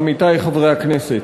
עמיתי חברי הכנסת,